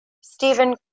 Stephen